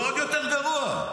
זה עוד יותר גרוע,